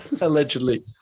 Allegedly